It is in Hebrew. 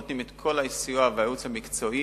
נותנים את כל הסיוע והייעוץ המקצועי,